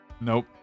Nope